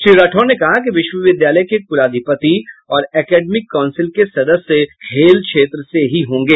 श्री राठौड़ ने कहा कि विश्वविद्यालय के कुलाधिपति और एकेडेमिक काउंसिल के सदस्य खेल क्षेत्र से होंगे